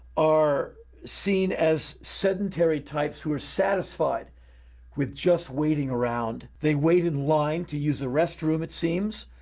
are seen as sedentary types who are satisfied with just waiting around. they wait in line to use the restroom it seems,